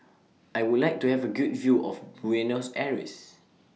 I Would like to Have A Good View of Buenos Aires